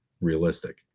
realistic